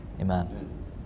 Amen